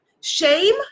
Shame